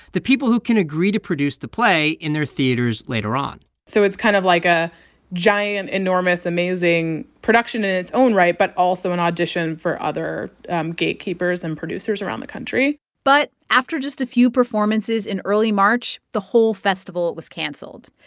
the people who can agree to produce the play in their theaters later on so it's kind of like a giant, enormous, amazing production in its own right but also an audition for other gatekeepers and producers around the country but after just a few performances in early march, the whole festival was cancelled.